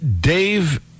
Dave